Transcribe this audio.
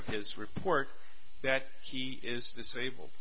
of his report that he is disabled